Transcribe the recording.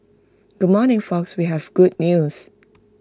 good morning folks we have good news